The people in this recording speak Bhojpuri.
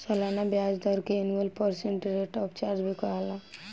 सलाना ब्याज दर के annual percent rate of charge भी कहाला